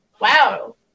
wow